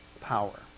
power